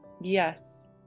Yes